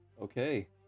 Okay